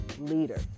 leader